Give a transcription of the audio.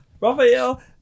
raphael